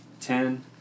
ten